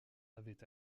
avaient